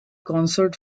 concert